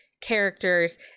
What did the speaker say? characters